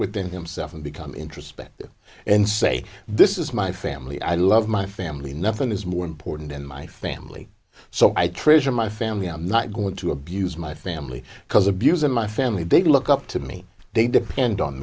within himself and become introspective and say this is my family i love my family nothing is more important in my family so i treasure my family i'm not going to abuse my family because abuse in my family big look up to me they depend on